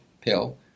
pill